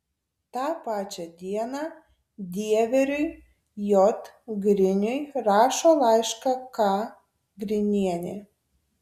tą pačią dieną dieveriui j griniui rašo laišką k grinienė